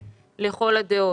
קיבלו.